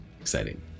exciting